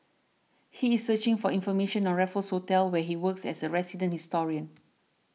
he is searching for information on Raffles Hotel where he works as a resident historian